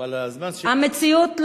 אבל הזמן שלך הסתיים.